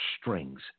strings